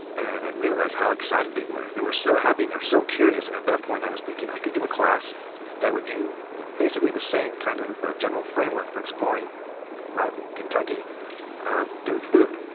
and i realized how excited they were they were so happy and so curious. and at that point, i was thinking, i could do a class that would do basically the same kind of general framework for exploring latin kentucky through food.